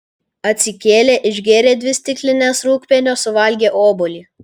atsikėlė išgėrė dvi stiklines rūgpienio suvalgė obuolį